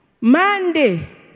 Monday